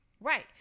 Right